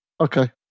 Okay